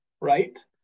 right